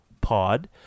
pod